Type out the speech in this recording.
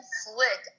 flick